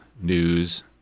news